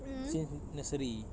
since nursery